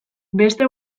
beste